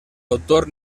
autor